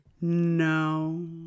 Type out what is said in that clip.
No